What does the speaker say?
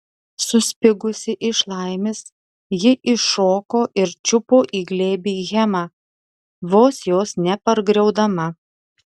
suspigusi iš laimės ji iššoko ir čiupo į glėbį hemą vos jos nepargriaudama